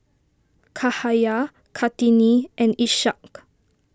Cahaya Kartini and Ishak